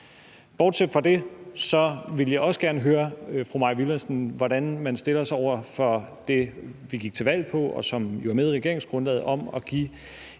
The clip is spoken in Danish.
Bortset fra det vil jeg også gerne høre fru Mai Villadsen, hvordan man stiller sig over for det, vi gik til valg på, og som jo er med i regeringsgrundlaget, om at give